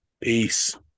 Peace